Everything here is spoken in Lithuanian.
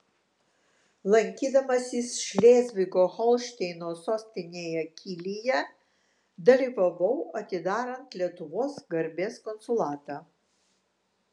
lankydamasis šlėzvigo holšteino sostinėje kylyje dalyvavau atidarant lietuvos garbės konsulatą